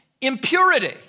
impurity